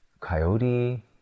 coyote